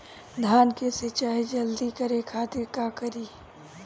धान के सिंचाई जल्दी करे खातिर का करी?